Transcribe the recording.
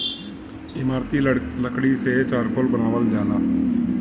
इमारती लकड़ी से चारकोल बनावल जाला